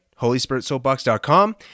HolySpiritSoapbox.com